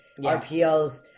RPLs